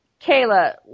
Kayla